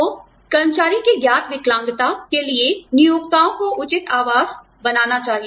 तो कर्मचारियों की ज्ञात विकलांगता के लिए नियोक्ताओं को उचित आवास बनाना चाहिए